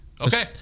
Okay